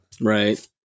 Right